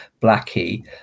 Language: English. blackie